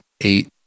eight